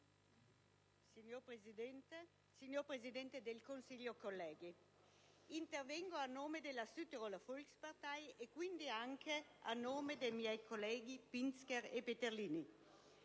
signor Presidente del Consiglio, colleghi, intervengo a nome della Südtiroler Volkspartei e anche a nome dei miei colleghi Pinzger e Peterlini.